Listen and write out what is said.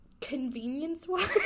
Convenience-wise